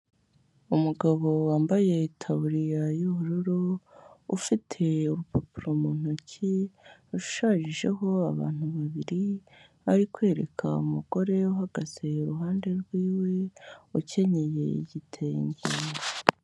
Umugabo wambaye itabuririya y'ubururu ufite urupapuro mu ntoki rushayijeho abantu babiri ari kwereka umugore uhagaze iruhande rw'iwe ukenyeye igitenge.